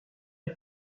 est